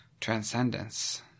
transcendence